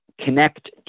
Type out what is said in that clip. connect